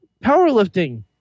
powerlifting